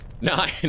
Nine